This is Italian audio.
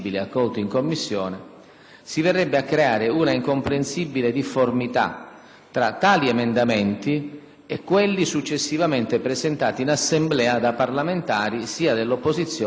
si verrebbe a creare una incomprensibile difformità fra tali emendamenti e quelli successivamente presentati in Assemblea da parlamentari sia dell'opposizione che della maggioranza.